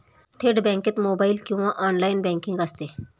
थेट बँकेत मोबाइल किंवा ऑनलाइन बँकिंग असते